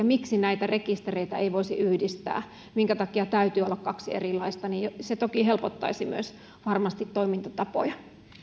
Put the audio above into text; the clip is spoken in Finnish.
miksi näitä rekistereitä ei voisi yhdistää minkä takia täytyy olla kaksi erilaista se toki helpottaisi myös varmasti toimintatapoja